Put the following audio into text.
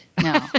no